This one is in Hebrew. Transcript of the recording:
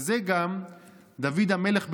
וזה גם דוד המלך בתהילים,